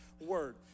word